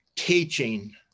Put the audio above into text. teaching